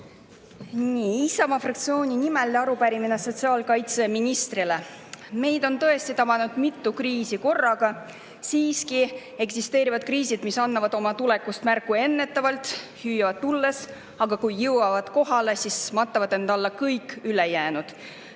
on Isamaa fraktsiooni nimel arupärimine sotsiaalkaitseministrile. Meid on tõesti tabanud mitu kriisi korraga. Siiski eksisteerivad kriisid, mis annavad oma tulekust märku ennetavalt, hüüavad tulles, aga kui jõuavad kohale, siis matavad enda alla kõik ülejäänud.